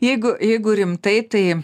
jeigu jeigu rimtai tai